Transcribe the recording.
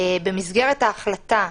במסגרת ההחלטה,